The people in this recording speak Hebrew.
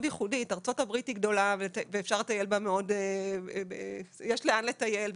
ייחודית ארצות הברית היא גדולה ויש לאן לטייל,